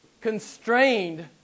constrained